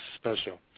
special